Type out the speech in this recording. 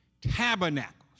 tabernacles